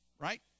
right